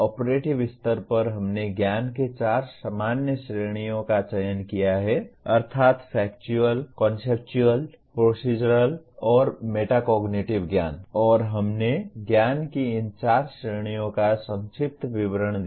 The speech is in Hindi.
ऑपरेटिव स्तर पर हमने ज्ञान की चार सामान्य श्रेणियों का चयन किया है अर्थात् फैक्चुअल कॉन्सेप्चुअल प्रोसीज़रल और मेटाकोग्निटिव ज्ञान और हमने ज्ञान की इन चार श्रेणियों का संक्षिप्त विवरण दिया